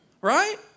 right